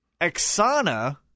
exana